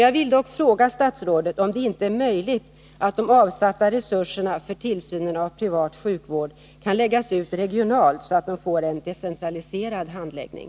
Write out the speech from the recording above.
Jag vill dock fråga statsrådet om det inte är möjligt att de avsatta resurserna för tillsynen av privat sjukvård kan läggas ut regionalt så att de får en decentraliserad handläggning.